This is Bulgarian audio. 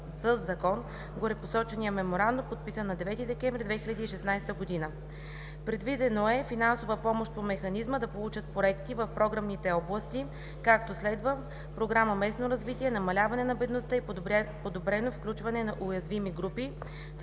със закон горепосочения Меморандум, подписан на 9 декември 2016 г. Предвидено е финансова помощ по Механизма да получат проекти в програмните области, както следва: Програма „Местно развитие, намаляване на бедността и подобрено включване на уязвими групи“,